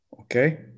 Okay